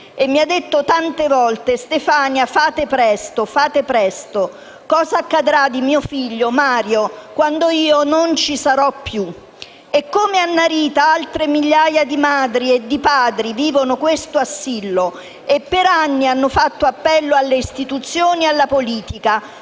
mi ha detto tante volte: «Stefania, fate presto, fate presto. Cosa accadrà a mio figlio Mario quando io non ci sarò più?». Come Annarita, altre migliaia di madri e padri vivono questo assillo e per anni hanno fatto appello alle istituzioni e alla politica,